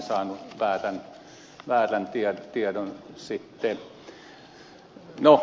minä olin saanut väärän tiedon sitten